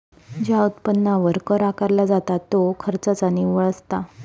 ज्या उत्पन्नावर कर आकारला जाता त्यो खर्चाचा निव्वळ असता